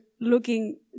looking